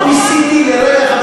לא ניסיתי לרגע,